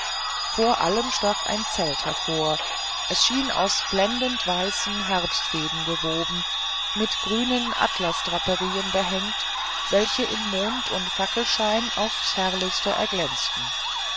vor allem stach ein zelt hervor es schien aus blendendweißen herbstfäden gewoben mit grünen atlasdraperien behängt welches im mond und fackelschein aufs herrlichste erglänzte